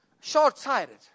short-sighted